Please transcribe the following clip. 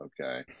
Okay